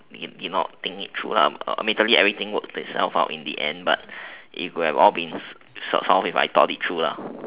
did not think through lah immediately everything works itself out in the end but it would have all been solved if I dealt it through lah